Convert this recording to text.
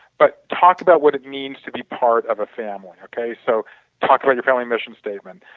but talk about what it means to be part of a family. okay, so talk about your family mission statement,